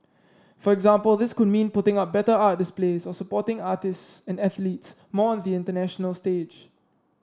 for example this could mean putting up better art displays or supporting artists and athletes more on the international stage